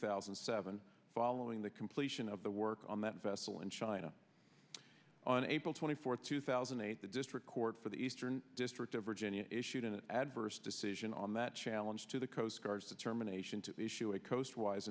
thousand and seven following the completion of the work on that vessel in china on april twenty fourth two thousand and eight the district court for the eastern district of virginia issued an adverse decision on that challenge to the coast guard's determination to issue a coastwise